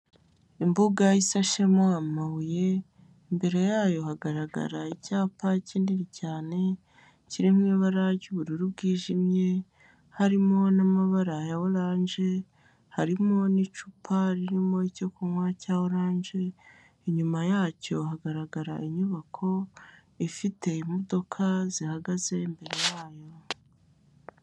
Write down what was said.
Imbuga isashemo amabuye, imbere yayo hagaragara icyapa kinini cyane, kiri mu ibara ry'ubururu bwijimye, harimo n'amabara ya oranje, harimo n'icupa ririmo icyo kunywa cya oranje, inyuma yacyo hagaragara inyubako ifite imodoka zihagaze imbere yayo.